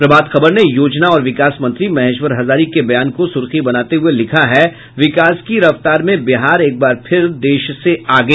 प्रभात खबर ने योजना और विकास मंत्री महेश्वर हजारी के बयान को सुर्खी बनाते हुये लिखा है विकास की रफ्तार में बिहार एक बार फिर देश से आगे